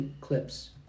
clips